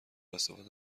استفاده